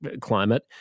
climate